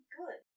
good